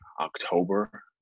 October